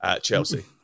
Chelsea